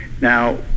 now